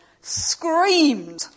screamed